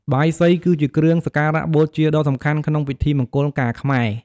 បាយសី គឺជាគ្រឿងសក្ការៈបូជាដ៏សំខាន់ក្នុងពិធីមង្គលការខ្មែរ។